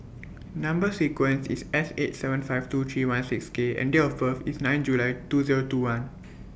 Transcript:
Number sequence IS S eight seven five two three one six K and Date of birth IS nineth July two Zero two one